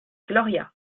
gloria